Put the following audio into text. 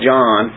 John